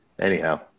anyhow